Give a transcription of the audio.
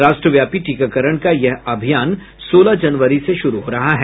राष्ट्रव्यापी टीकाकरण का यह अभियान सोलह जनवरी से शुरू हो रहा है